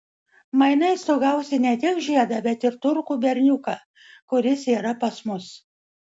mainais tu gausi ne tik žiedą bet ir turkų berniuką kuris yra pas mus